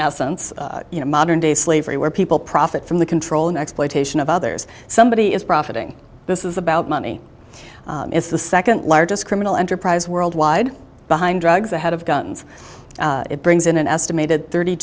essence a modern day slavery where people profit from the controlling exploitation of others somebody is profiting this is about money is the second largest criminal enterprise worldwide behind drugs ahead of guns it brings in an estimated thirty